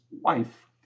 wife